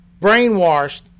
brainwashed